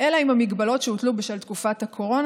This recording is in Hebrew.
אלא אם כן ההגבלות שהוטלו בשל תקופת הקורונה,